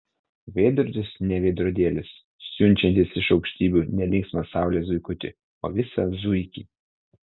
veidrodis ne veidrodėlis siunčiantis iš aukštybių ne linksmą saulės zuikutį o visą zuikį